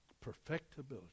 Perfectibility